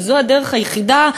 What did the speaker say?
שזו הדרך היחידה,